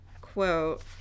quote